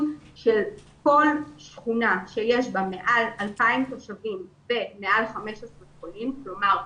של כל שכונה שיש בה מעל 2,000 תושבים ומעל 15 חולים כלומר,